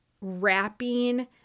wrapping